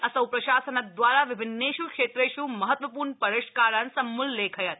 असौ प्रशासन द्वारा विभिन्नेष् क्षेत्रेष् महत्व र्ण रिष्कारान् समूल्लेखयत्